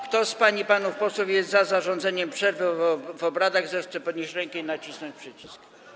Kto z pań i panów posłów jest za zarządzeniem przerwy w obradach, zechce podnieść rękę i nacisnąć przycisk.